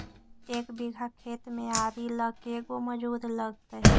एक बिघा खेत में आरि ल के गो मजुर लगतै?